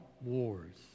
wars